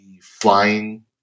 flying